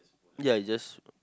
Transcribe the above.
ya you just